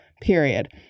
period